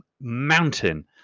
mountain